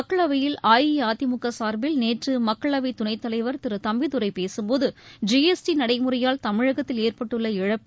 மக்களவையில் அஇஅதிமுக சார்பில் நேற்று மக்களவை துணைத்தலைவர் திரு தம்பிதுரை பேசும்போது ஜிஎஸ்டி நடைமுறையால் தமிழகத்தில் ஏற்பட்டுள்ள இழப்பு